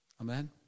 Amen